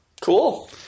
cool